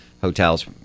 hotels